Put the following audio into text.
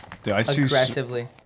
Aggressively